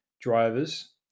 drivers